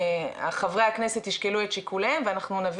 חברי הכנסת ישקלו את שיקוליהם ואנחנו נביא